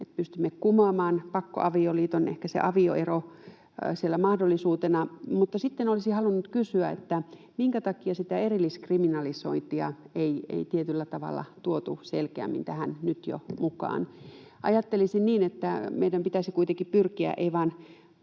pystymme kumoamaan pakkoavioliiton, ehkä sen avioeron siellä mahdollisuutena. Olisin halunnut kysyä, minkä takia sitä erilliskriminalisointia ei tietyllä tavalla tuotu selkeämmin tähän nyt jo mukaan. Ajattelisin niin, että meidän pitäisi kuitenkin ei vain